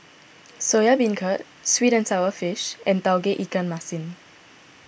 Soya Beancurd Sweet and Sour Fish and Tauge Ikan Masin